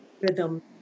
rhythm